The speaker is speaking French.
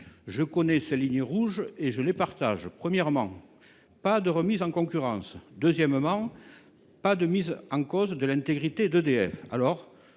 Je connais ses lignes rouges, et j’y souscris : premièrement, pas de remise en concurrence ; deuxièmement, pas de mise en cause de l’intégrité d’EDF.